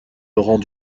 laurent